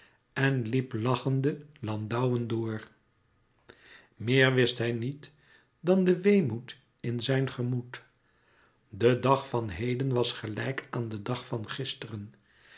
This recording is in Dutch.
en liep lachende landouwen door méer wist hij niet dan den weemoed in zijn gemoed de dag van heden was gelijk aan den dag van gisteren